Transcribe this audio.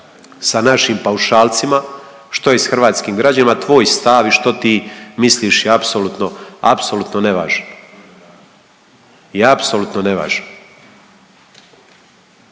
sa našim paušalcima, što je s hrvatskim građanima, tvoj stav i što ti misliš je apsolutno, apsolutno nevažno,